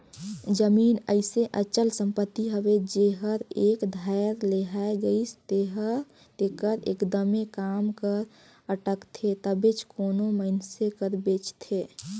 जमीन अइसे अचल संपत्ति हवे जेहर एक धाएर लेहाए गइस तेकर एकदमे काम हर अटकथे तबेच कोनो मइनसे हर बेंचथे